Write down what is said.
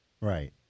right